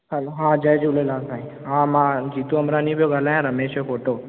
हा जय झूलेलाल साईं हा मां जीतू अमरानी पियो ॻाल्हायां रमेश जो पोटो